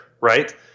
right